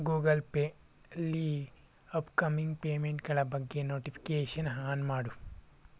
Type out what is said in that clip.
Google pay ಅಲ್ಲಿ upcoming ಪೇಮೆಂಟ್ಗಳ ಬಗ್ಗೆ ನೋಟಿಫಿಕೇಶನ್ ಆನ್ ಮಾಡು